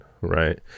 right